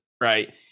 right